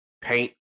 paint